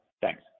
Thanks